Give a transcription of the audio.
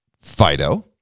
Fido